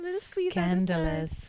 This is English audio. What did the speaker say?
Scandalous